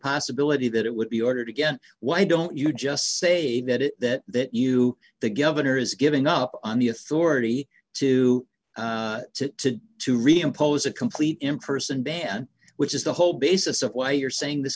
possibility that it would be ordered again why don't you just say that that you the governor is giving up on the authority to to to to reimpose a complete in person ban which is the whole basis of why you're saying this